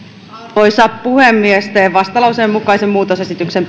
arvoisa puhemies teen vastalauseen mukaisen muutosesityksen